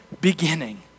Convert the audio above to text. Beginning